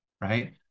right